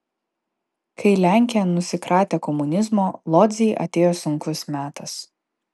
kai lenkija nusikratė komunizmo lodzei atėjo sunkus metas